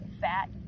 fat